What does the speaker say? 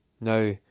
now